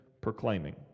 proclaiming